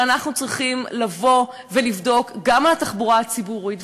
שאנחנו צריכים לבוא ולבדוק גם בתחבורה הציבורית,